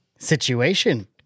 Situation